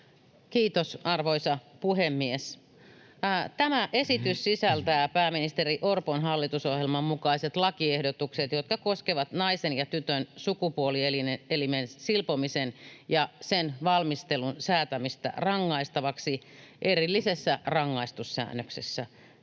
Kiitos, arvoisa puhemies! Tämä esitys sisältää pääministeri Orpon hallitusohjelman mukaiset lakiehdotukset, jotka koskevat naisen ja tytön sukupuolielinten silpomisen ja sen valmistelun säätämistä rangaistavaksi erillisessä rangaistussäännöksessä,